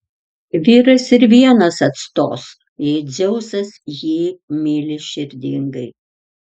vyras ir vienas atstos jei dzeusas jį myli širdingai